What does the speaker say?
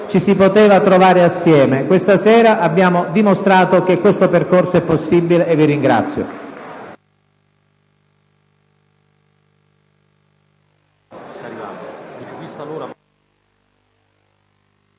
ci si poteva trovare assieme. Questa sera abbiamo dimostrato che questo percorso è possibile. Vi ringrazio.